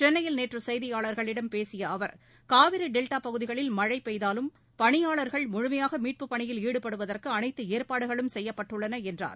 சென்னையில் நேற்று செய்தியாளர்களிடம் பேசிய அவர் காவிரி டெல்டா பகுதிகளில் மழை பெய்தாலும் பணியாளர்கள் முழுமையாக மீட்புப் பணியில் ஈடுபடுவதற்கு அனைத்து ஏற்பாடுகளும் செய்யப்பட்டுள்ளன என்றார்